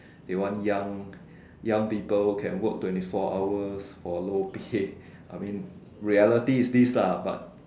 they want young young people can work twenty four hours for low pay I mean reality is this lah but